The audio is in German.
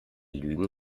lügen